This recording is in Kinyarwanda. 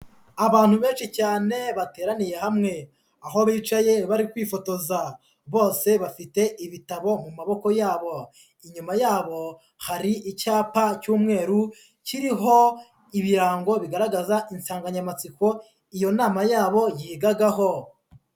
Abantu benshi cyane bateraniye hamwe, aho bicaye bari kwifotoza, bose bafite ibitabo mu maboko yabo. Inyuma yabo hari icyapa cy'umweru kiriho ibirango bigaragaza insanganyamatsiko iyo nama yabo yigagaho.